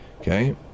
Okay